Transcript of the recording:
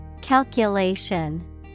Calculation